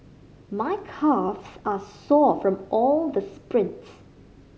my calves are sore from all the sprints